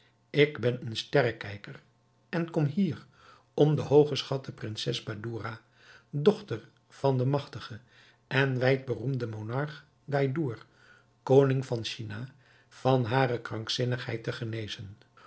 ik ben een sterrekijker en kom hier om de hooggeschatte prinses badoura dochter van den magtigen en wijdberoemden monarch gaïour koning van china van hare krankzinnigheid te genezen